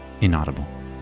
inaudible